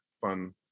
fun